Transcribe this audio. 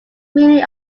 many